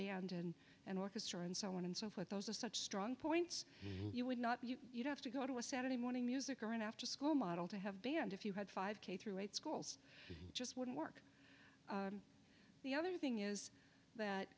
beyond and an orchestra and so on and so forth those are such strong points you would not have to go to a saturday morning music or an after school model to have band if you had five k through eight schools just wouldn't work the other thing is that